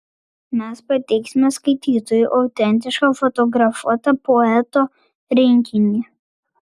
mes pateiksime skaitytojui autentišką fotografuotą poeto rinkinį